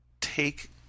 take